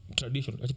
traditional